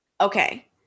okay